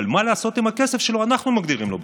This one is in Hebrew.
אבל מה לעשות עם הכסף שלו אנחנו מגדירים לו בסוף.